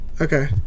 Okay